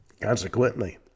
Consequently